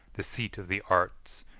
the seat of the arts,